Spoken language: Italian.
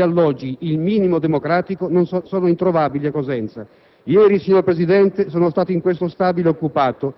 alloggi - il minimo democratico - sono introvabili a Cosenza. Ieri, signor Presidente, sono stato nello stabile occupato: